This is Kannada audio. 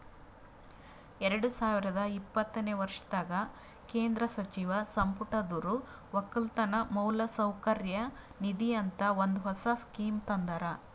ಎರಡು ಸಾವಿರ ಇಪ್ಪತ್ತನೆ ವರ್ಷದಾಗ್ ಕೇಂದ್ರ ಸಚಿವ ಸಂಪುಟದೊರು ಒಕ್ಕಲತನ ಮೌಲಸೌಕರ್ಯ ನಿಧಿ ಅಂತ ಒಂದ್ ಹೊಸ ಸ್ಕೀಮ್ ತಂದಾರ್